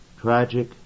Tragic